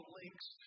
links